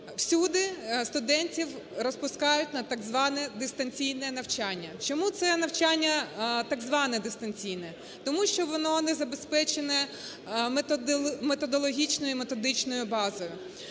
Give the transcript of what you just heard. всюди студентів розпускають на так зване дистанційне навчання. Чому це навчання так зване дистанційне? Тому що воно не забезпечене методологічною, методичною базою.